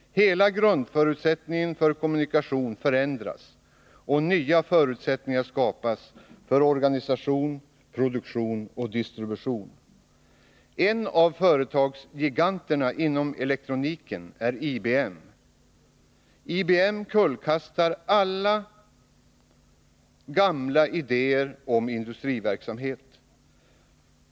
Hela grundförutsättningen för kommunikation förändras och nya förutsättningar skapas för organisation, produktion och distribution. En av företagsgiganterna inom elektroniken är IBM. IBM kullkastar alla gamla idéer om industriverksamhet.